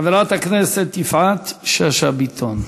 חברת הכנסת יפעת שאשא ביטון.